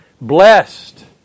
blessed